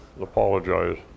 apologize